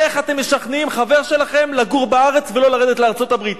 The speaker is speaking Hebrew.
איך אתם משכנעים חבר שלכם לגור בארץ ולא לרדת לארצות-הברית?